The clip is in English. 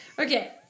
Okay